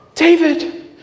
David